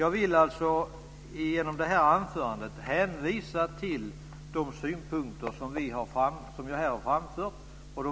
Jag vill alltså genom detta anförande hänvisa till de synpunkter som jag här har framfört.